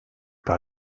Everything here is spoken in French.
par